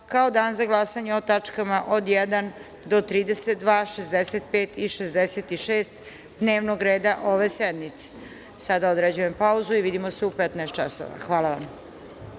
kao dan za glasanje o tačkama od 1. do 32, 65. i 66. dnevnog reda ove sednice. Sada određujem pauzu. Vidimo se u 15.00 časova. Hvala